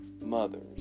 mothers